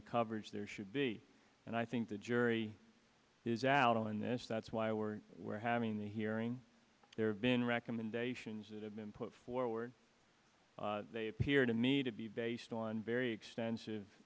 of coverage there should be and i think the jury is out on this that's why we're we're having the hearing there have been recommendations that have been put forward they appear to me to be based on very extensive